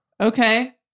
okay